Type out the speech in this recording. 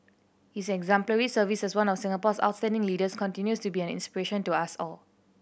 his exemplary service as one of Singapore's outstanding leaders continues to be an inspiration to us all